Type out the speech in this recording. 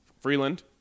Freeland